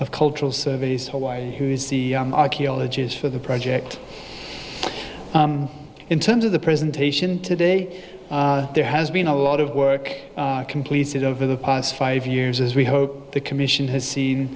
of cultural service hawaii who is the archaeologist for the project in terms of the presentation today there has been a lot of work completed over the past five years as we hope the commission has seen